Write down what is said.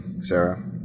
sarah